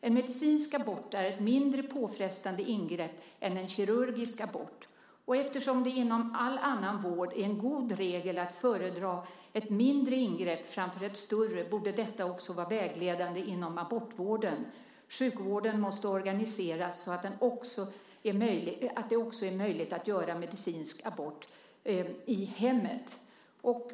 En medicinsk abort är ett mindre påfrestande ingrepp än en kirurgisk abort, och eftersom det inom all annan vård är en god regel att föredra ett mindre ingrepp framför ett större, borde detta också var vägledande inom abortvården. Sjukvården måste organiseras så att det också är möjligt att göra medicinsk abort i hemmet.